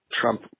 trump